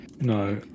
No